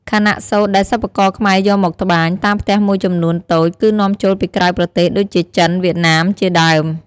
ខណៈសូត្រដែលសិប្បករខ្មែរយកមកត្បាញ តាមផ្ទះមួយចំនួនតូច គឺនាំចូលពីក្រៅប្រទេសដូចជាចិន វៀតណាម ជាដើម។